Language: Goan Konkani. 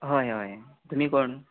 हय हय तुमी कोण